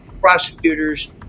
Prosecutors